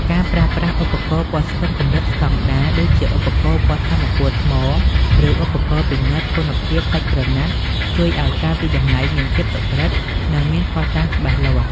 ការប្រើប្រាស់ឧបករណ៍វាស់ស្ទង់កម្រិតស្តង់ដារ ដូចជាឧបករណ៍វាស់ថាមពលថ្ម ឬឧបករណ៍ពិនិត្យគុណភាពសាច់ក្រណាត់ ជួយឱ្យការវាយតម្លៃមានភាពសុក្រឹត និងមានភស្តុតាងច្បាស់លាស់។